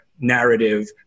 narrative